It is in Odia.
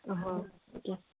ହଁ ଆଜ୍ଞା